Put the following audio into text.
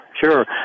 Sure